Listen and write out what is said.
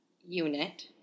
unit